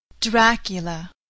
Dracula